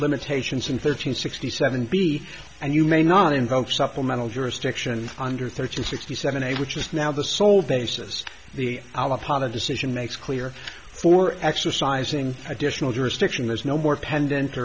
limitations in thirteen sixty seven b and you may not invoke supplemental jurisdiction under thirty to sixty seven a which is now the sole basis the alabama decision makes clear for exercising additional jurisdiction there's no more pendant